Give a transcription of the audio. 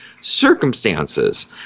circumstances